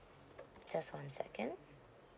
just one second